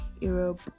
Europe